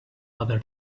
other